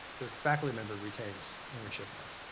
the faculty member retains ownership of.